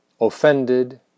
offended